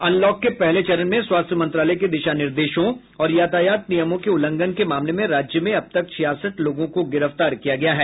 unlock के पहले चरण में स्वास्थ्य मंत्रालय के दिशा निर्देशों और यातायात नियमों के उल्लंघन के मामले में राज्य में अब तक छियासठ लोगों को गिरफ्तार किया गया है